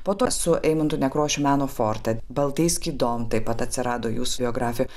po to su eimuntu nekrošium meno forte baltai skydom taip pat atsirado jūsų biografijoj